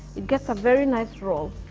it gets a very nice roll.